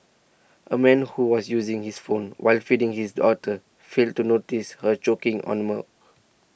a man who was using his phone while feeding his daughter failed to notice her choking on the milk